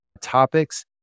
topics